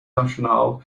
nationale